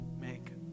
make